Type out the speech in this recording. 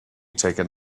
taken